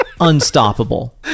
unstoppable